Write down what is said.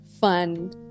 fun